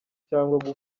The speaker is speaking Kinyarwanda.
cyangwa